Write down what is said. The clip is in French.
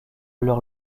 leurs